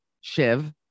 Shiv